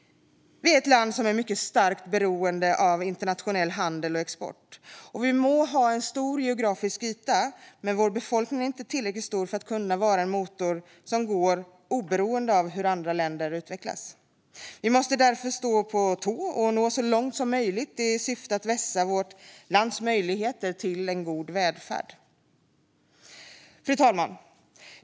Vi är ett land som är mycket starkt beroende av internationell handel och export. Vi må ha en stor geografisk yta, men vår befolkning är inte tillräckligt stor för att kunna vara en motor som går oberoende av hur andra länder utvecklas. Vi måste därför stå på tå för att nå så långt som möjligt i syfte att vässa vårt lands möjligheter till en god välfärd. Fru talman!